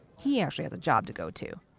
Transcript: he actually has a job to go to.